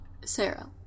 sarah